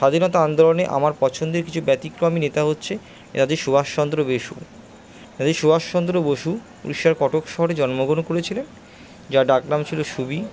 স্বাধীনতা আন্দোলনে আমার পছন্দের কিছু ব্যতিক্রমী নেতা হচ্ছে নেতাজি সুভাষচন্দ্র বেসু নেতাজি সুভাষচন্দ্র বসু উড়িষ্যার কটক শহরে জন্মগ্রহণ করেছিলেন যার ডাক নাম ছিল সুবি